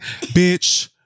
Bitch